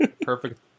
Perfect